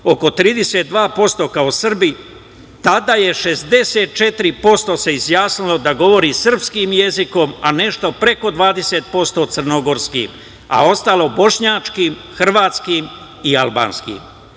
oko 32% kao Srbi. Tada se 64% izjasnilo da govori srpskim jezikom, a nešto preko 20% crnogorskim, a ostalo bošnjačkim, hrvatskim i albanskim.